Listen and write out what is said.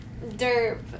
Derp